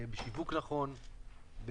בשיווק נכון,